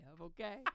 okay